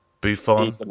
Buffon